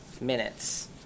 minutes